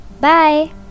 bye